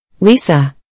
Lisa